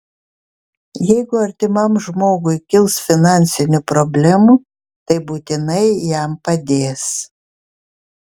jeigu artimam žmogui kils finansinių problemų tai būtinai jam padės